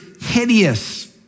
hideous